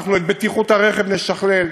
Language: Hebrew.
את בטיחות הרכב נשכלל,